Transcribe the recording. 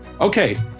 Okay